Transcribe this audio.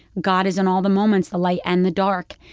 god is in all the moments, the light and the dark,